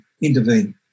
intervene